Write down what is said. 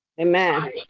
Amen